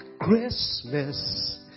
Christmas